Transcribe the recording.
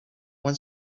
one